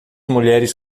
mulheres